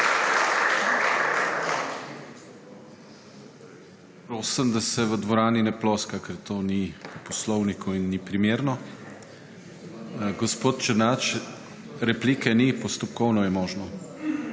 Prosim, da se v dvorani ne ploska, ker to ni po poslovniku in ni primerno. Gospod Černač, replike ni. Postopkovno je možno.